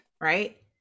Right